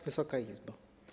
Wysoka Izbo!